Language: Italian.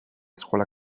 scuola